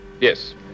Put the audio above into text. Yes